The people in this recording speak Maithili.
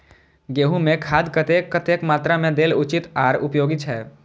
गेंहू में खाद कतेक कतेक मात्रा में देल उचित आर उपयोगी छै?